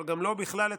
אבל גם לא את הכנסת,